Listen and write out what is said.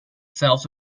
zelfs